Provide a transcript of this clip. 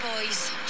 boys